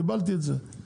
קיבלתי את זה.